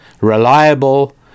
reliable